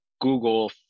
Google